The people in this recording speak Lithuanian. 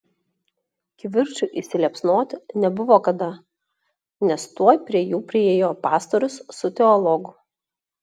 kivirčui įsiliepsnoti nebuvo kada nes tuoj prie jų priėjo pastorius su teologu